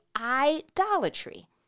idolatry